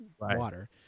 water